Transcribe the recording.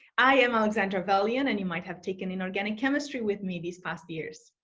i am alexandra velian, and you might have taken inorganic chemistry with me these past years.